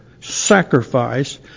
sacrifice